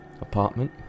apartment